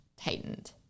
tightened